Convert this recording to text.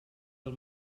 del